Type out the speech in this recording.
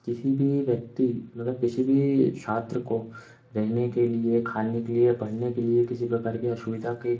किसी भी व्यक्ति मतलब किसी भी छात्र को रहने के लिए खाने के लिए या पढ़ने के लिए किसी प्रकार की असुविधा के लिए